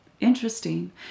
Interesting